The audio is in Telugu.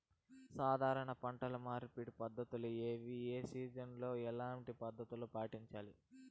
సాధారణ పంట మార్పిడి పద్ధతులు ఏవి? ఏ సీజన్ లో ఎట్లాంటి పద్ధతులు పాటించాలి?